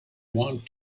want